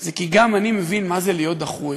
זה כי גם אני מבין מה זה להיות דחוי,